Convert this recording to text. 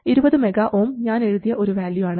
20 MΩ ഞാൻ എഴുതിയ ഒരു വാല്യൂ ആണ്